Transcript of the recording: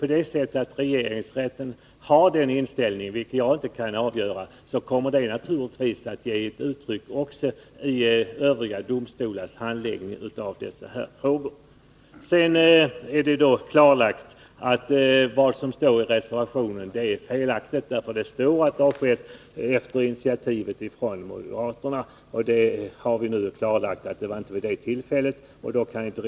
Har beträffande grå regeringsrätten den inställningen, vilket jag inte kan avgöra, kommer det arbetskraft, m.m. naturligtvis till uttryck också i andra domstolars handläggning av dessa frågor. Det är nu alltså klarlagt att vad som står i reservationen är felaktigt. Där står ”bl.a. efter moderata initiativ”, och vi har nu klarat ut att något moderat initiativ inte togs vid det nämnda tillfället.